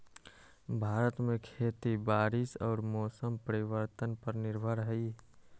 भारत में खेती बारिश और मौसम परिवर्तन पर निर्भर हई